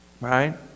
Right